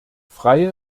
freie